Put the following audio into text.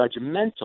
judgmental